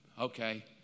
Okay